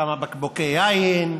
כמה בקבוקי יין,